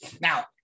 Now